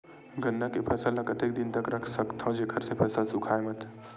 गन्ना के फसल ल कतेक दिन तक रख सकथव जेखर से फसल सूखाय मत?